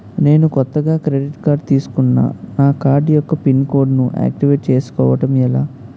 నేను కొత్తగా credit card తిస్కున్నా నా కార్డ్ యెక్క పిన్ కోడ్ ను ఆక్టివేట్ చేసుకోవటం ఎలా?